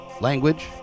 language